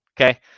okay